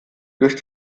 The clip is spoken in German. durch